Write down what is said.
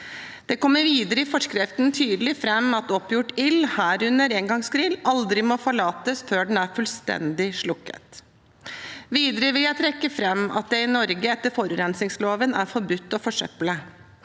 Det kommer videre tydelig fram i forskriften at oppgjort ild, herunder engangsgrill, aldri må forlates før den er fullstendig slukket. Videre vil jeg trekke fram at det i Norge etter forurensningsloven er forbudt å forsøple,